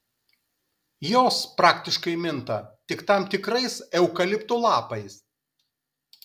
jos praktiškai minta tik tam tikrais eukaliptų lapais